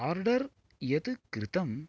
order यत् कृतं